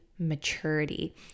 maturity